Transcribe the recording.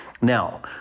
now